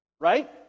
right